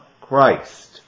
Christ